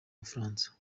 bufaransa